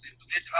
Position